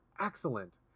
excellent